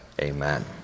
Amen